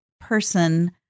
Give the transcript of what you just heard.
person